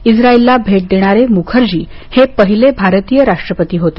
इस्रायलला भेट देणारे मुखर्जी ही पहिले भारतीय राष्ट्रपती होते